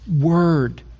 word